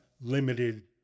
limited